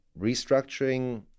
restructuring